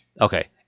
Okay